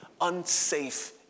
unsafe